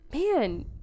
man